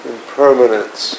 Impermanence